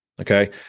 Okay